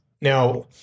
Now